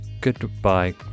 Goodbye